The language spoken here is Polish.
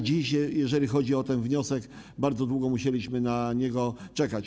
Dziś, jeżeli chodzi o ten wniosek, bardzo długo musieliśmy na niego czekać.